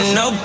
no